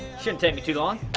shouldn't take me too long.